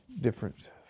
different